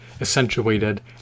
accentuated